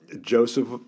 Joseph